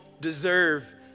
deserve